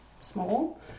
small